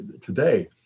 today